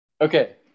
Okay